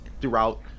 throughout